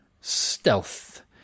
stealth